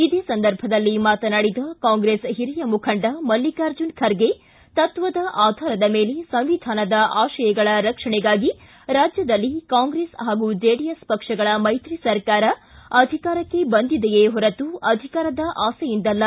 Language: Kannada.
ಇದೇ ಸಂದರ್ಭದಲ್ಲಿ ಮಾತನಾಡಿದ ಕಾಂಗ್ರೆಸ್ ಹಿರಿಯ ಮುಖಂಡ ಮಲ್ಲಿಕಾರ್ಜುನ ಖರ್ಗೆ ತತ್ವದ ಆಧಾರದ ಮೇಲೆ ಸಂವಿಧಾನದ ಆಶಯಗಳ ರಕ್ಷಣೆಗಾಗಿ ರಾಜ್ಯದಲ್ಲಿ ಕಾಂಗ್ರೆಸ್ ಹಾಗೂ ಜೆಡಿಎಸ್ ಪಕ್ಷಗಳ ಮೈತ್ರಿ ಸರಕಾರ ಅಧಿಕಾರಕ್ಕೆ ಬಂದಿದೆಯೇ ಹೊರತು ಅಧಿಕಾರದ ಆಸೆಯಿಂದಲ್ಲ